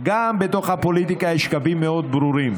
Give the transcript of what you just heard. גם בתוך הפוליטיקה יש קווים מאוד ברורים,